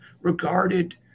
regarded